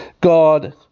God